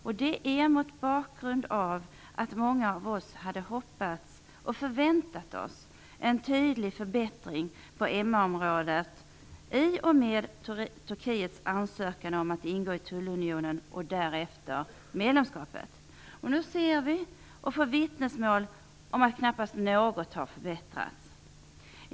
Jag gör det mot bakgrund av att många av oss hade hoppats och förväntat oss en tydlig förbättring på MR-området i och med Turkiets ansökan om att ingå i tullunionen och därefter bli medlem. Nu ser vi och får vittnesmål om att knappast något har förbättrats.